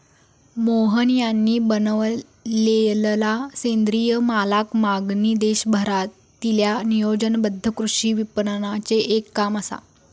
मोहन यांनी बनवलेलला सेंद्रिय मालाक मागणी देशभरातील्या नियोजनबद्ध कृषी विपणनाचे एक काम असा